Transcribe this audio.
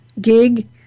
gig